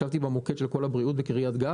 ישבתי במוקד של כל הבריאות בקריית גת.